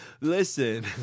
Listen